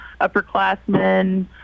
upperclassmen